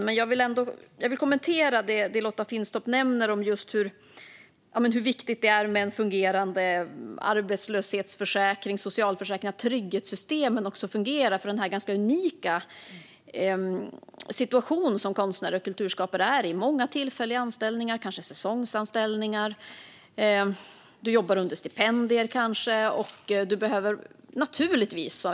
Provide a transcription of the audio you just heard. Men jag vill kommentera det som Lotta Finstorp nämner om just hur viktigt det är med en fungerande arbetslöshetsförsäkring, socialförsäkringar och att trygghetssystemen fungerar också för den ganska unika situation som konstnärer och kulturskapare befinner sig i. Det handlar om många tillfälliga anställningar, kanske säsongsanställningar, och de jobbar kanske under stipendier.